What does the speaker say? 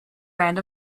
brand